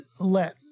let